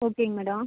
ஓகேங்க மேடம்